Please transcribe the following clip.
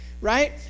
Right